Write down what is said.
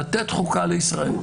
לתת חוקה לישראל,